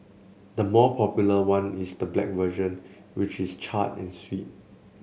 the more popular one is the black version which is charred and sweet